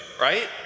right